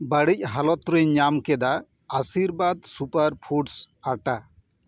ᱵᱟᱹᱲᱤᱡ ᱦᱟᱞᱚᱛ ᱨᱮᱧ ᱧᱟᱢ ᱠᱮᱫᱟ ᱟᱥᱤᱨᱵᱟᱫᱽ ᱥᱩᱯᱟᱨ ᱯᱷᱩᱰᱥ ᱟᱴᱟ